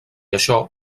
això